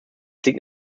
liegt